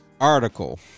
article